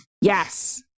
Yes